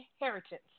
inheritance